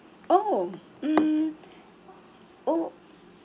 oh um oh